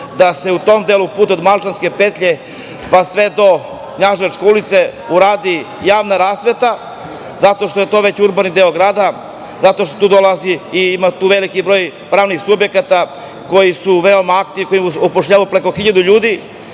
da se u tom delu puta, od Malčanske petlje, pa sve do Knjaževačke ulice, uradi javna rasveta zato što je to već urbani deo grada, zato što tu dolazi i ima tu veliki broj pravnih subjekata koji su veoma aktivni, koji upošljavaju preko 1.000 ljudi